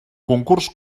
concurs